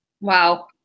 Wow